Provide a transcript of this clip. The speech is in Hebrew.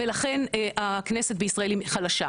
ולכן הכנסת בישראל חלשה.